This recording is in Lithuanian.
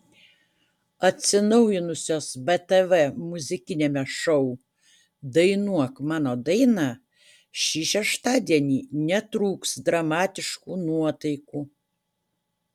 atsinaujinusios btv muzikiniame šou dainuok mano dainą šį šeštadienį netrūks dramatiškų nuotaikų